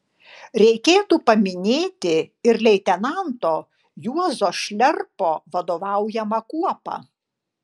reikėtų paminėti ir leitenanto juozo šliarpo vadovaujamą kuopą